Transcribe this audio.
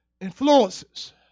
influences